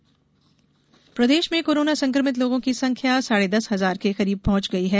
corona प्रदेश प्रदेश में कोरोना संक्रमित लोगों की संख्या साढ़े दस हजार के करीब पहुॅच गई है